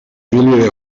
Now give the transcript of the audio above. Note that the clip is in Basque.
ibilbide